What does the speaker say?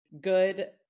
good